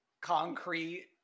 concrete